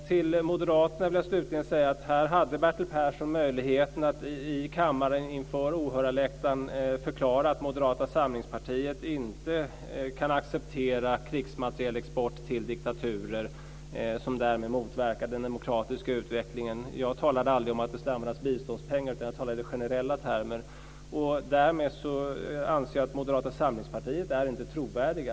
Till moderaterna vill jag slutligen säga att här hade Bertil Persson möjligheten att i kammaren, inför åhörarläktaren, förklara att Moderata samlingspartiet inte kan acceptera krigsmaterielexport till diktaturer som därmed motverkar den demokratiska utvecklingen. Jag talade aldrig om att det skulle användas biståndspengar, utan jag talade i generella termer. Därmed anser jag att Moderata samlingspartiet inte är trovärdigt.